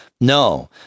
no